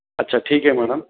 اچھا ٹھیک ہے میڈم